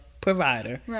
provider